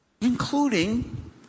Including